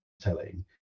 telling